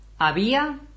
Había